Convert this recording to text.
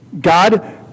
God